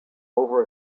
over